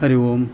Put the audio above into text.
हरिः ओं